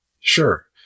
Sure